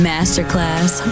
Masterclass